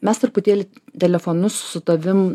mes truputėlį telefonu su tavim